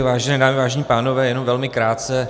Vážené dámy, vážení pánové, jenom velmi krátce.